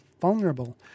vulnerable